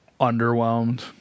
underwhelmed